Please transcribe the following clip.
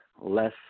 less